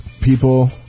people